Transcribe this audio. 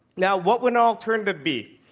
now, what would an alternative be?